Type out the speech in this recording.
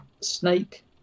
snake